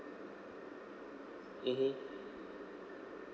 mmhmm